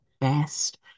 best